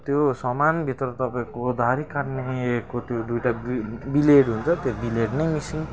त्यो सामानभित्र तपाईँको दाह्री काट्नेको त्यो दुइटा बिलेट हुन्छ त्यो बिलेट नै मिसिङ